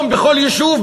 בכל יישוב,